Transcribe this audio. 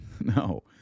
No